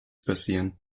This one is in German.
passieren